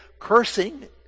cursing